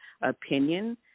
opinion